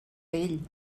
ell